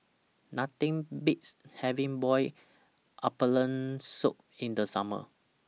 Nothing Beats having boiled abalone Soup in The Summer